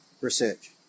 research